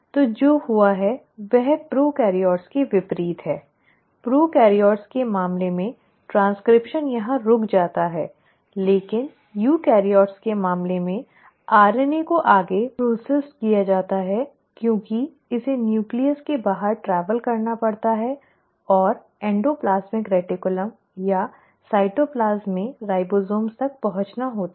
तो जो हुआ है वह प्रोकैरियोट्स के विपरीत है प्रोकैरियोट्स के मामले में ट्रैन्स्क्रिप्शन यहां रुक जाता है लेकिन यूकेरियोट्स के मामले में RNA को आगे संसाधित किया जाता है क्योंकि इसे न्यूक्लियस के बाहर ट्रैवल करना पड़ता है और एंडोप्लाज़मिक रेटिकुलम या साइटोप्लाज्म में राइबोसोम तक पहुंचना होता है